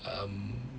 um